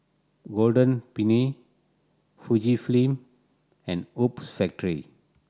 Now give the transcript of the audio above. Golden Peony Fujifilm and Hoops Factory